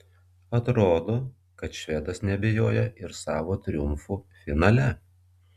atrodo kad švedas neabejoja ir savo triumfu finale